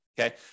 Okay